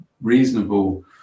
reasonable